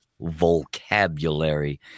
vocabulary